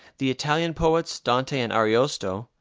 the italian poets, dante and ariosto,